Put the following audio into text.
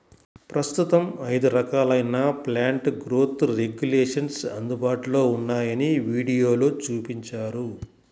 ప్రస్తుతం ఐదు రకాలైన ప్లాంట్ గ్రోత్ రెగ్యులేషన్స్ అందుబాటులో ఉన్నాయని వీడియోలో చూపించారు